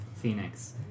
Phoenix